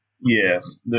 yes